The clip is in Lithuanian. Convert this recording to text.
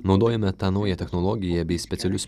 naudojame tą naują technologiją bei specialius